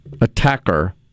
attacker